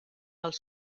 els